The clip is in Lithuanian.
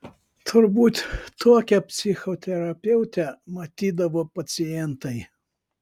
turbūt tokią psichoterapeutę matydavo pacientai